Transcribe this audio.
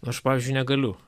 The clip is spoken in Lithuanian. aš pavyzdžiui negaliu